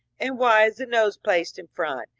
and why is the nose placed in front,